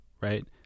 Right